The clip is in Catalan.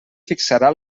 fixarà